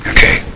Okay